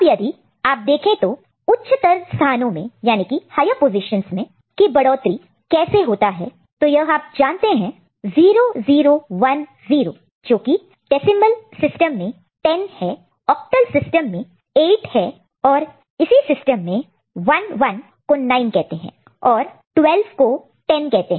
अब यदि आप देखें तो उच्चतर स्थानों हायर पोजिशन higher position की बढ़ोतरी इंक्रीमेंट increment कैसे होता है यह आप जानते हैं 0 0 1 0 जोकि डेसिमल सिस्टम में 10 है ऑक्टल सिस्टम में 8 है और इसी सिस्टम में 1 1 को 9 कहते हैं और 1 2 को 10 कहते हैं